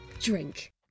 drink